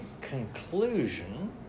conclusion